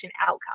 outcome